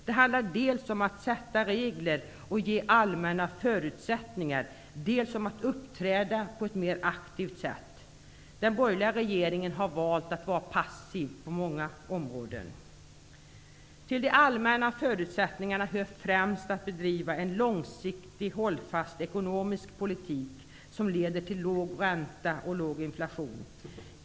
Det handlar dels om att sätta regler och ge allmänna förutsättningar, dels om att uppträda på ett mer aktivt sätt. Den borgerliga regeringen har valt att vara passiv på många områden. Till de allmänna förutsättningarna hör främst att bedriva en långsiktig hållfast ekonomisk politik som leder till låg ränta och låg inflation.